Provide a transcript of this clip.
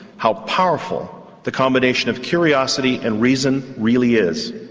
how powerful the combination of curiosity and reason really is.